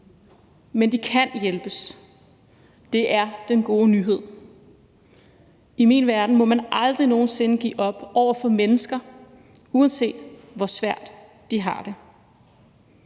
Men de kan hjælpes. Det er den gode nyhed. I min verden må man aldrig nogen sinde give op over for mennesker, uanset hvor svært de har det.